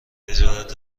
تجارت